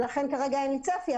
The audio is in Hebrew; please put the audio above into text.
ולכן כרגע אין לי צפי.